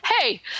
hey